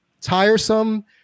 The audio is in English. tiresome